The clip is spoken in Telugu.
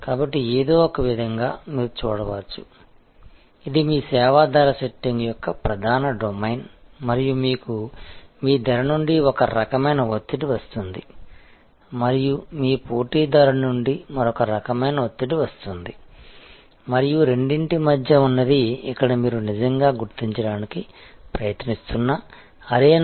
కాబట్టి ఏదో ఒకవిధంగా మీరు చూడవచ్చు ఇది మీ సేవా ధర సెట్టింగ్ యొక్క ప్రధాన డొమైన్ మరియు మీకు మీ ధర నుండి ఒక రకమైన ఒత్తిడి వస్తుంది మరియు మీ పోటీదారుడు నుండి మరొక రకమైన ఒత్తిడి వస్తుంది మరియు రెండింటి మధ్య ఉన్నది ఇక్కడ మీరు నిజంగా గుర్తించడానికి ప్రయత్నిస్తున్నా అరేనా